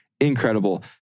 incredible